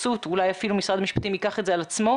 האפוטרופסות היא קריטית בעיניי.